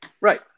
Right